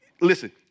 listen